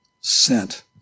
sent